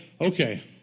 okay